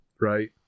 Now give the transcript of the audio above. right